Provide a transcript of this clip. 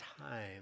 time